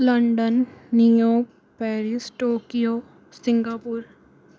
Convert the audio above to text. London New York Paris Tokyo Singapore